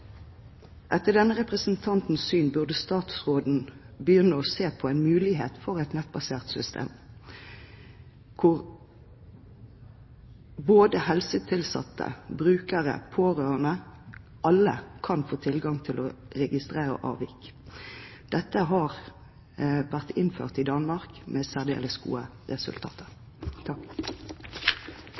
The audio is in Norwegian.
Etter denne representantens syn burde statsråden begynne å se på muligheten for et nettbasert system, hvor både helsetilsatte, brukere, pårørende – alle – kan få tilgang til å registrere avvik. Dette har vært innført i Danmark med særdeles gode resultater.